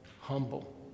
humble